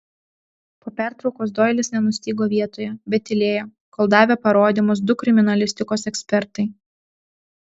po pertraukos doilis nenustygo vietoje bet tylėjo kol davė parodymus du kriminalistikos ekspertai